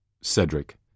Cedric